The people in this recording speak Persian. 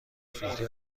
فیلتر